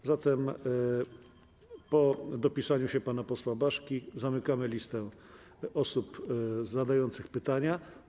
A zatem po dopisaniu się pana posła Baszki zamykam listę posłów zadających pytania.